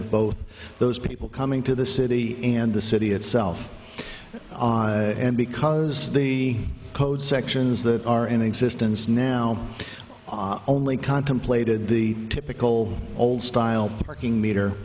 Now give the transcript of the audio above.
of both those people coming to the city and the city itself and because the code sections that are in existence now only contemplated the typical old style parking meter